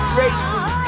racing